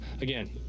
again